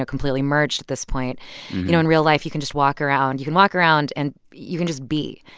ah completely merged this point you know, in real life, you can just walk around. you can walk around and you can just be.